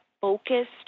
focused